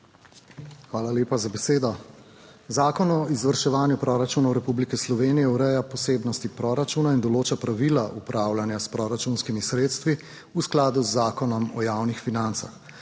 Hvala lepa za besedo. Zakon o izvrševanju proračunov Republike Slovenije ureja posebnosti proračuna in določa pravila upravljanja s proračunskimi sredstvi v skladu z Zakonom o javnih financah.